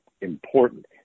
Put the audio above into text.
important